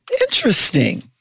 Interesting